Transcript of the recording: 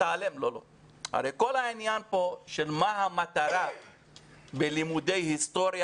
הרי כל העניין פה של מה המטרה בלימודי היסטוריה,